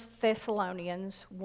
Thessalonians